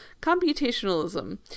Computationalism